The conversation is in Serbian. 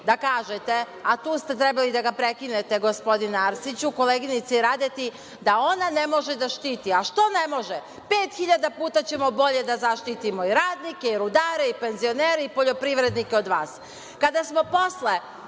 da kažete, a tu ste trebali da ga prekinete, gospodine Arsiću, koleginici Radeti da ona ne može da štiti. A što ne može? Pet hiljada puta ćemo bolje da zaštitimo i radnike i rudare i penzionere i poljoprivrednike od vas. Kada